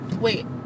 Wait